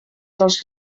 dels